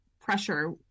pressure